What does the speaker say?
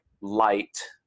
light